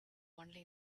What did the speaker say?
only